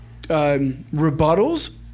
rebuttals